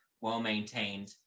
well-maintained